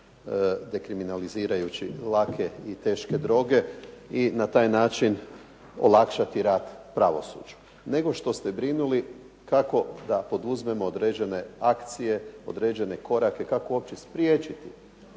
dekriminalizirajući lake i teške droge i na taj način olakšati rad pravosuđu, nego što ste brinuli kako da poduzmemo određene akcije, određene korake, kako uopće spriječiti